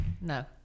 no